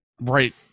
right